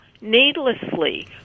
needlessly